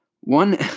One